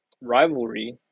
rivalry